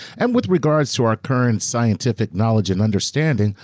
and with regards to our current scientific knowledge and understanding,